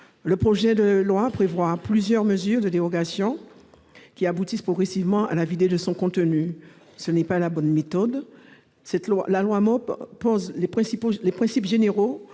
Le projet de loi prévoit plusieurs mesures de dérogation à la loi MOP, qui aboutissent progressivement à la vider de son contenu. Ce n'est pas la bonne méthode ! La loi MOP pose les principes généraux